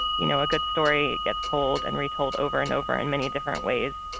you know a good story gets told and retold over and over in many different ways.